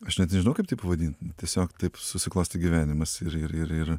aš net nežinau kaip tai pavadint tiesiog taip susiklostė gyvenimas ir ir ir ir